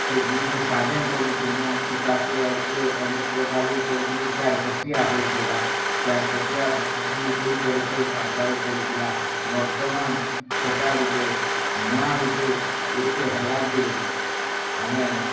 ସେଦିନେ ପାଜେନ କରୁଥିନୁ ସୂତାକେ ଅନେକ ପ୍ରକାର ଇଏ କରୁଥିନୁ ଚାରପଟିଆ ହଉଥିଲା ଚାରପଟିଆ ବୁଣି କରି କାଟବାକେ ପଡ଼ୁଥିଲା ବର୍ତ୍ତମାନ ସେଇଟା ଗୋଟେ ନୂଆ ଗୋଟେ ଇଏଟେ ହେଲା ଯେ ଆମେ